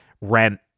rent